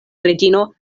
reĝino